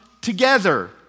together